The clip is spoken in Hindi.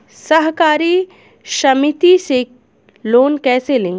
सहकारी समिति से लोन कैसे लें?